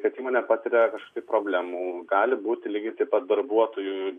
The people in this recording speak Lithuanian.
kad įmonė patiria kažkokių problemų gali būti lygiai taip pat darbuotojų